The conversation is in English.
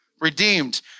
Redeemed